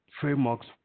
frameworks